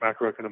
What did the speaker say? macroeconomic